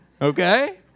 okay